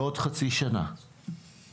בעוד חצי שנה נקיים